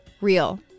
real